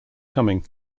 coming